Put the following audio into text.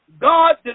God